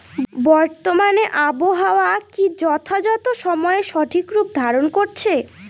বর্তমানে আবহাওয়া কি যথাযথ সময়ে সঠিক রূপ ধারণ করছে?